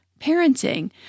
parenting